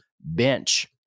bench